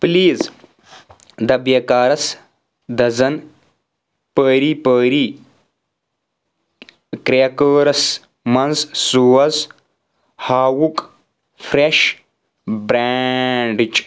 please ڈَبیکارَس dozen peri peri کرٚیکہٕ وارَس منٛز سوز ہاوُکھ فرٚیش برٚینڈٕچ